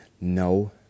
No